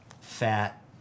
fat